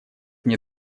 мне